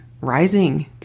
rising